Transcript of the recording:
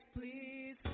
please